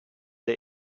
der